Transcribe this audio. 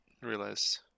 Realize